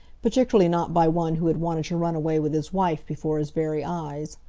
particularly not by one who had wanted to run away with his wife before his very eyes.